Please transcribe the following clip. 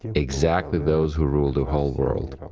ah exactly those who rule the whole world,